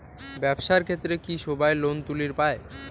ব্যবসার ক্ষেত্রে কি সবায় লোন তুলির পায়?